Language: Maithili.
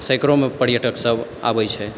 सैकड़ोमे पर्यटक सब आबै छै